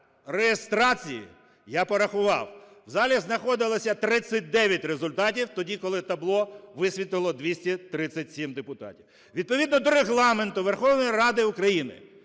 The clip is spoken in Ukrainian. реєстрації, я порахував, в залі знаходилося 39 депутатів, тоді коли табло висвітлило 237 депутатів. Відповідно до Регламенту Верховної Ради України